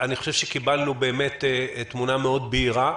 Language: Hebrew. אני חושב שקיבלנו באמת תמונה מאוד בהירה,